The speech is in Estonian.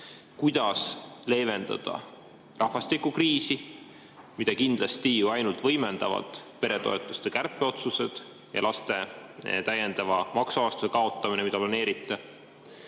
kuidas leevendada rahvastikukriisi, mida kindlasti ju ainult võimendavad peretoetuste kärpe otsused ja laste [eest antava] täiendava maksuvabastuse kaotamine, mida te planeerite?